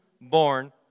born